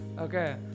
Okay